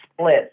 split